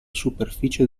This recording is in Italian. superficie